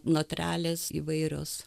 notrelės įvairios